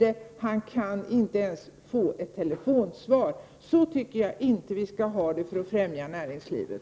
Men denne företagare kan inte ens få ett telefonsvar! Så skall vi inte ha det om meningen är att vi skall främja näringslivet.